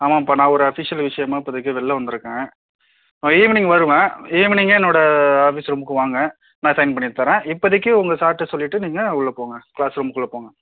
ஆமாம்பா நான் ஒரு அஃபிஸியல் விஷயமா இப்போதிக்கு வெளில வந்துருக்கேன் நான் ஈவினிங் வருவேன் ஈவினிங்கே என்னோட ஆஃபிஸ் ரூமுக்கு வாங்க நான் சைன் பண்ணித்தரேன் இப்போதிக்கி உங்க சார்கிட்ட சொல்லிவிட்டு நீங்கள் உள்ளே போங்க க்ளாஸ் ரூம்க்குள்ளே போங்க